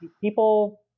people